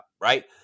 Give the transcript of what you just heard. right